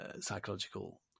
psychological